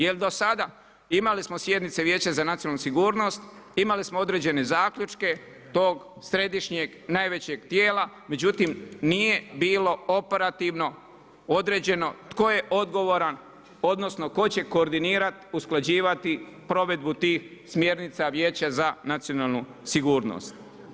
Jer do sada imali smo sjednice vijeće za nacionalnu sigurnost, imali smo određene zaključke tog središnjeg najvećeg tijela, međutim, nije bilo operativno određeno, tko je odgovoran, odnosno, tko će koordinirati, usklađivati provedbu tih smjernica vijeća za nacionalnu sigurnost.